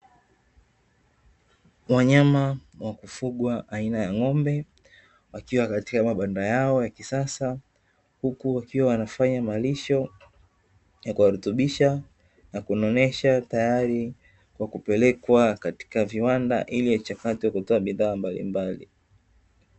Wanyama wa kufugwa aina ya ng'ombe wakiwa katika mabanda yao ya kisasa, huku wakiwa wanafanya malisho ya kuwarutubisha na kunonesha tayari kwa kupelekwa katika viwanda ili achakatwe kwa kutoa bidhaa mbalimbali.